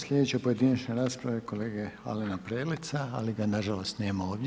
Sljedeća pojedinačna rasprave je kolege Alena Preleca, ali ga nažalost nema ovdje.